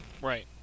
Right